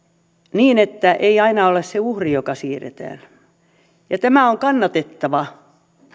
niin että se ei aina ole uhri joka siirretään tämä on kannatettava